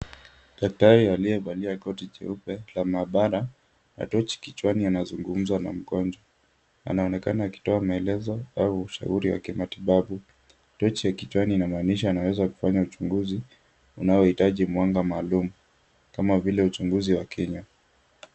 Daktari aliyevaia koti jeupe la maabara na torch kichwani anazungumza na mgonjwa. Anaonekana akitoa maelezo au ushauri wa kimatibabu. Torch ya inamaanisha anaweza kufanya uchunguzi unao hitaji mwanga maalum kama vile uchunguzi wa kinywa.